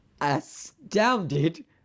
astounded